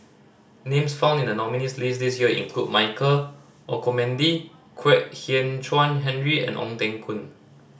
names found in the nominees' list this year include Michael Olcomendy Kwek Hian Chuan Henry and Ong Teng Koon